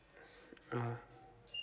(uh huh)